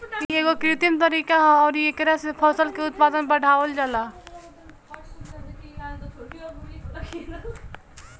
इ एगो कृत्रिम तरीका ह अउरी एकरा से फसल के उत्पादन बढ़ावल जाला